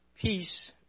Peace